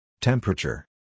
Temperature